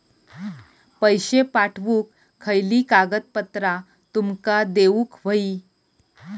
पैशे पाठवुक खयली कागदपत्रा तुमका देऊक व्हयी?